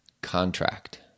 contract